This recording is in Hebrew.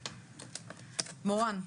מורן.